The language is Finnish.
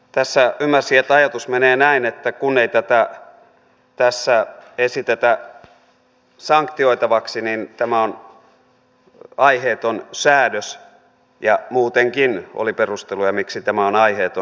tässä ymmärsin että ajatus menee näin että kun ei tätä tässä esitetä sanktioitavaksi niin tämä on aiheeton säädös ja muutenkin oli perusteluja miksi tämä on aiheeton